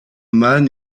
man